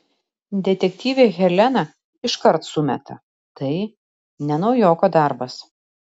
detektyvė helena iškart sumeta tai ne naujoko darbas